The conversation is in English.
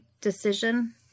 decision